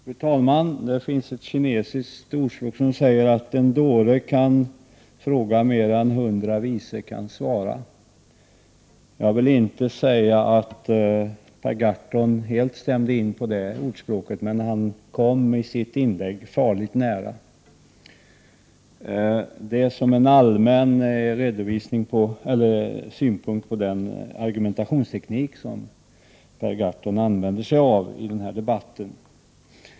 Fru talman! Det finns ett kinesiskt ordspråk som säger att en dåre kan fråga mer än hundra visa kan svara. Jag vill inte säga att Per Gahrton helt stämde in på det ordspråket, men han kom i sitt inlägg farligt nära. Detta sagt som en allmän synpunkt på den argumentationsteknik som Per Gahrton använder sig av i den här debatten.